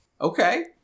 Okay